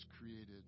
created